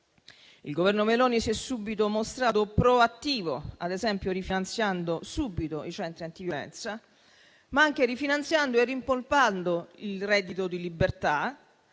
Il Governo Meloni si è subito mostrato proattivo, ad esempio rifinanziando i centri antiviolenza, ma anche rifinanziando e rimpolpando il reddito di libertà